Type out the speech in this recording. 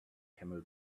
camel